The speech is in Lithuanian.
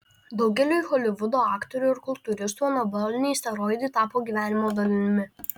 daugeliui holivudo aktorių ir kultūristų anaboliniai steroidai tapo gyvenimo dalimi